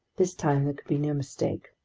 this time there could be no mistake!